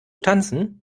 tanzen